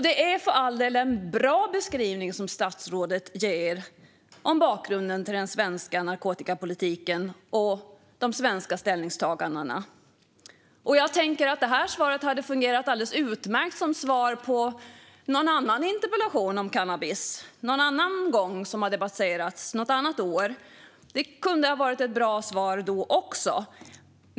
Det är för all del en bra beskrivning som statsrådet ger om bakgrunden till den svenska narkotikapolitiken och de svenska ställningstagandena. Och jag tänker att detta svar hade fungerat alldeles utmärkt som svar på någon annan interpellation om cannabis någon annan gång, något annat år när detta har debatterats. Det kunde ha varit ett bra svar då.